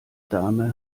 dame